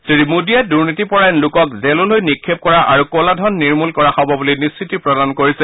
শ্ৰী মোডীয়ে দুৰ্নীতিপৰায়ণ লোকক জেললৈ নিক্ষেপ কৰা আৰু ক'লাধন নিৰ্মল কৰা হ'ব বুলি নিশ্চিতি প্ৰদান কৰিছে